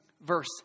verse